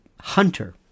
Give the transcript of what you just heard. hunter